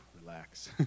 relax